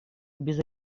без